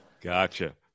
Gotcha